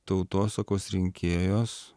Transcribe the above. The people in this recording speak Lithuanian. tautosakos rinkėjos